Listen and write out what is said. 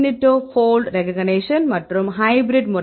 மாணவர் அப் இனிடியோ போல்ட் ரெக்ககனேஷன் மற்றும் ஹைபிரிட் முறைகள்